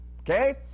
Okay